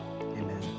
amen